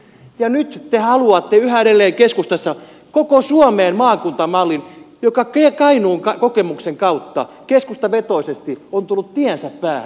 ja nyt te haluatte yhä edelleen keskustassa koko suomeen maakuntamallin joka kainuun kokemuksen kautta keskustavetoisesti on tullut tiensä päähän